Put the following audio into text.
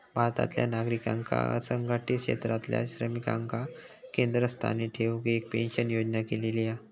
भारतातल्या नागरिकांका असंघटीत क्षेत्रातल्या श्रमिकांका केंद्रस्थानी ठेऊन एक पेंशन योजना केलेली हा